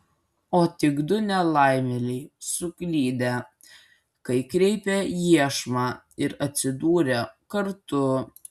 o tik du nelaimėliai suklydę kai kreipė iešmą ir atsidūrę kartu